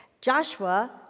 Joshua